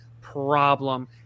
problem